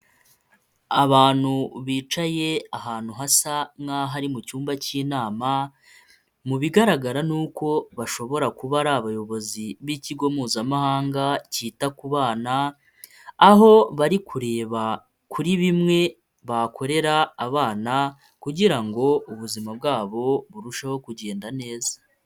Abantu bicaye ahantu hasa nk'aho ari mu cyumba cy'inama mu bigaragara ni uko bashobora kuba ari abayobozi b'ikigo mpuzamahanga cyita ku bana aho bari kureba kuri bimwe bakorera abana kugira ngo ubuzima bwabo burusheho kugenda neza.